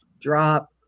drop